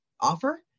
offer